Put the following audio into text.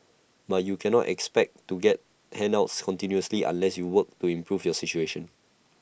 but you cannot expect to get handouts continuously unless you work to improve your situation